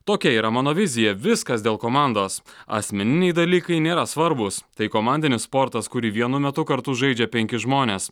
tokia yra mano vizija viskas dėl komandos asmeniniai dalykai nėra svarbūs tai komandinis sportas kurį vienu metu kartu žaidžia penki žmonės